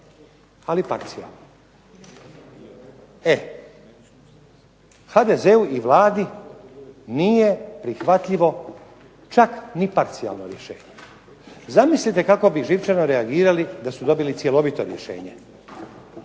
ali parcijalno. E, HDZ-u i Vladi nije prihvatljivo čak ni parcijalno rješenje. Zamislite kako bi živčano reagirali da su dobili cjelovito rješenje,